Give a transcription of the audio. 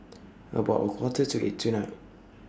about A Quarter to eight tonight